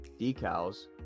decals